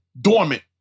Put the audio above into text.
dormant